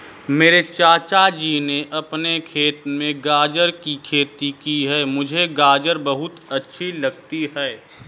मेरे चाचा जी ने अपने खेत में गाजर की खेती की है मुझे गाजर बहुत अच्छी लगती है